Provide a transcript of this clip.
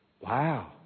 Wow